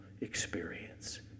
experience